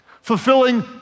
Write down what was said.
fulfilling